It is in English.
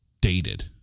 dated